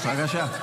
בבקשה.